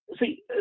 See